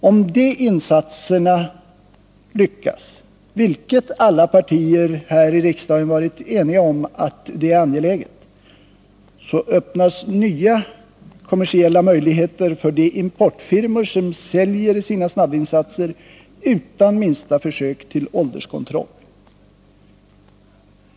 Om de insatserna lyckas — vilket alla partier här i riksdagen varit eniga om det angelägna i — så öppnas nya kommersiella möjligheter för de importfirmor som säljer sina snabbvinsatser utan minsta försök till ålderskontroll.